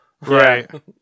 Right